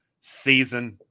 season